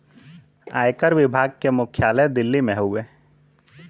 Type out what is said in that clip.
आयकर विभाग के मुख्यालय दिल्ली में हउवे